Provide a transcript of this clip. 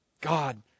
God